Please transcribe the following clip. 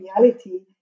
reality